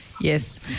Yes